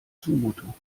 zumutung